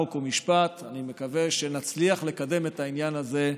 חוק ומשפט אני מקווה שנצליח לקדם את העניין הזה.